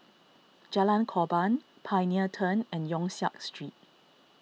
Jalan Korban Pioneer Turn and Yong Siak Street